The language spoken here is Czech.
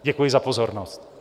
Děkuji za pozornost.